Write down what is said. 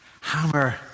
hammer